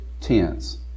tense